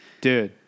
Dude